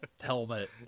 helmet